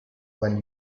when